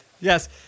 Yes